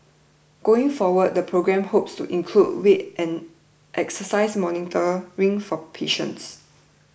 going forward the programme hopes to include weight and exercise monitoring for patients